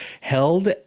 held